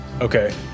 Okay